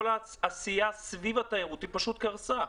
כל העשייה סביב התיירות פשוט קרסה.